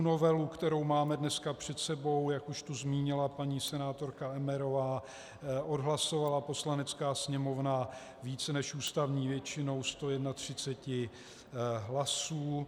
Novelu, kterou máme dneska před sebou, jak už tu zmínila paní senátorka Emmerová, odhlasovala Poslanecká sněmovna více než ústavní většinou 131 hlasů.